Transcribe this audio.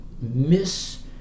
miss